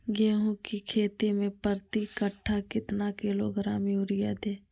गेंहू की खेती में प्रति कट्ठा कितना किलोग्राम युरिया दे?